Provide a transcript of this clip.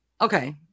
Okay